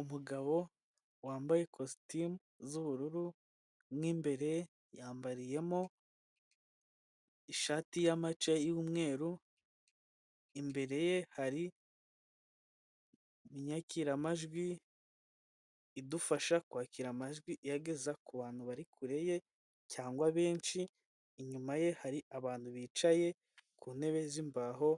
Umugabo wambaye kositimu z'ubururu mu imbere yambariyemo ishati ya mace y'umweru, imbere ye hari inyakiramajwi idufasha kwakira amajwi iyo ageza kubantu bari kure ye cyangwa benshi, inyuma ye hari abantu bicaye ku ntebe z'imbaho